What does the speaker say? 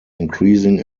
increasing